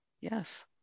Yes